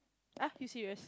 ah you serious